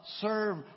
serve